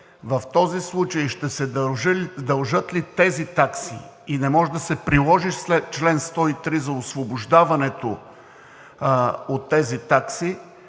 В този случай ще се дължат ли тези такси? Не може да се приложи чл. 103 за освобождаването от тези такси